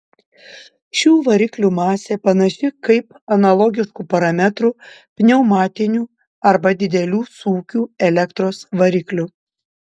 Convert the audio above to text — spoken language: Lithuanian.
šių variklių masė panaši kaip analogiškų parametrų pneumatinių arba didelių sūkių elektros variklių